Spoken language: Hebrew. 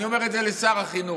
אני אומר את זה לשר החינוך,